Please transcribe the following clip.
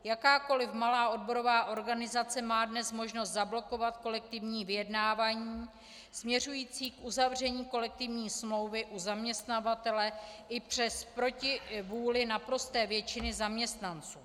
Jakákoliv malá odborová organizace má dnes možnost zablokovat kolektivní vyjednávání směřující k uzavření kolektivní smlouvy u zaměstnavatele i proti vůli naprosté většiny zaměstnanců.